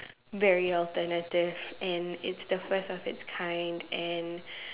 very alternative and it's the first of its kind and